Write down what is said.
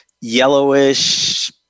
yellowish